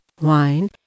wine